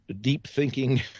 deep-thinking